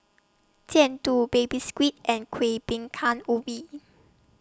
Jian Dui Baby Squid and Kuih Bingka Ubi